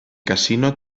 casino